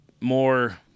more